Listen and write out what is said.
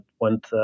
went